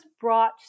brought